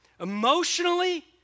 emotionally